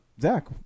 Zach